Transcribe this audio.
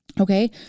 okay